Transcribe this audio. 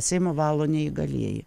seimo valo neįgalieji